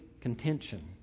contention